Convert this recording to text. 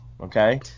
okay